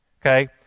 okay